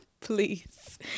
please